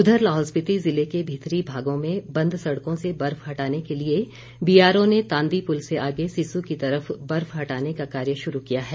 उधर लाहौल स्पिति जिले के भीतरी भागों में बंद सड़कों से बर्फ हटाने के लिए बीआर ओ ने तांदी पुल से आगे सिस्सु की तरफ बर्फ हटाने का कार्य शुरू किया है